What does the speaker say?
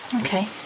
Okay